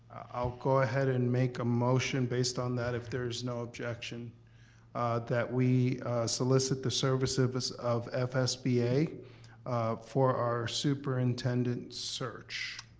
i'll go ahead and make a motion based on that if there is no objection that we solicit the services of fsba for our superintendent search.